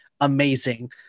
amazing